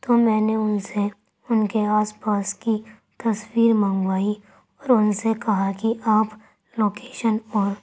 تو میں نے ان سے ان کے آس پاس کی تصویر منگوائی اور ان سے کہا کہ آپ لوکیشن اور